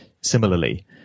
similarly